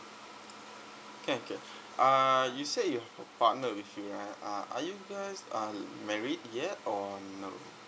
can can uh you said you partner with uh are you guys uh married yet or no